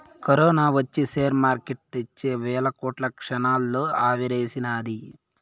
corona ఒచ్చి share market తెచ్చే వేల కోట్లు క్షణాల్లో ఆవిరిసేసినాది